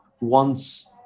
wants